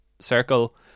circle